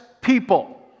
people